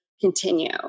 continue